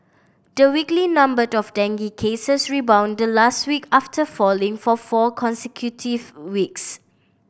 the weekly numbered of dengue cases rebounded last week after falling for four consecutive weeks